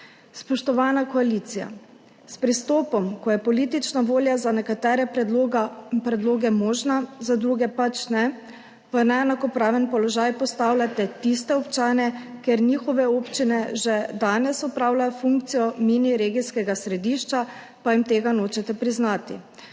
Spoštovana koalicija, s pristopom, ko je politična volja za nekatere predloge možna, za druge pač ne, postavljate v neenakopraven položaj tiste občane, katerih občine že danes opravljajo funkcijo mini regijskega središča, pa jim tega nočete priznati.